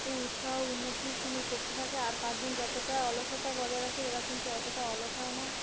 খুব উৎসাহ উন্নতির সঙ্গে করতে থাকে আর পাঁচজন যতটা অলসতা বজায় রাখে এরা কিন্তু অতটা অলস হয় না